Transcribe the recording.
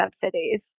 subsidies